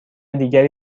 دیگری